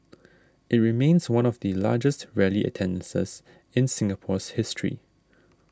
it remains one of the largest rally attendances in Singapore's history